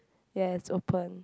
ya it's opened